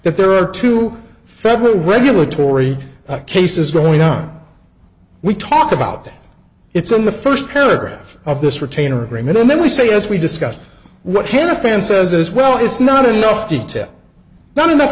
that there are two federal regulatory cases going on we talked about that it's in the first paragraph of this retainer agreement and then we say as we discussed what can a fan says as well it's not enough detail not enough